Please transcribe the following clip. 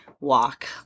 walk